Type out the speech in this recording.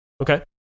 Okay